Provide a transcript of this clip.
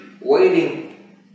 waiting